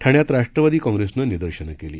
ठाण्यात राष्ट्रवादी काँग्रेसनं निदर्शनं केली